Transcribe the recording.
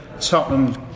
Tottenham